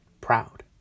proud